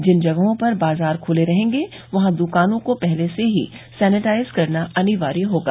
जिन जगहों पर बाजार खुले रहेंगे वहां दुकानों को पहले से ही सेनेटाइज करना अनिवार्य होगा